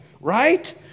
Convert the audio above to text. right